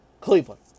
Cleveland